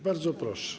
Bardzo proszę.